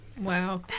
Wow